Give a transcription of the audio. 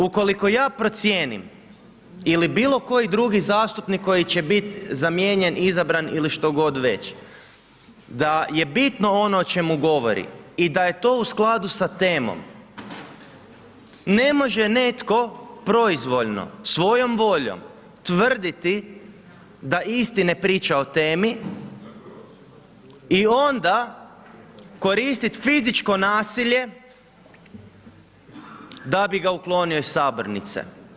Ukoliko ja procijenim ili bilo koji drugi zastupnik, koji će biti zamijenjen, izabran ili što god već, da je bitno ono o čemu govori i da je to u skladu sa temom, ne može netko, proizvoljno, svojom voljom tvrditi da isti ne priča o temi i onda koristiti fizičko nasilje, da bi da bi ga uklonio iz sabornice.